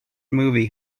movie